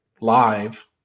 live